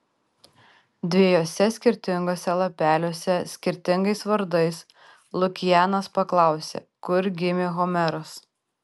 dviejuose skirtinguose lapeliuose skirtingais vardais lukianas paklausė kur gimė homeras